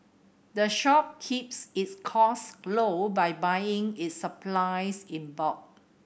the shop keeps its cost low by buying its supplies in bulk